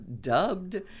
dubbed